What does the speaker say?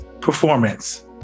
Performance